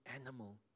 animal